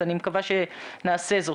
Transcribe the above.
אז אני מקווה שנעשה זאת.